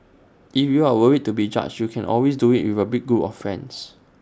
if you are worried to be judged you can always do IT with A big group of friends